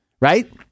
right